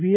V